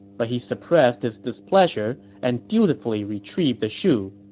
but he suppressed his displeasure and dutifully retrieved the shoe.